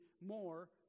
more